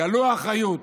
גלו אחריות.